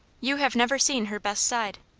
you have never seen her best side.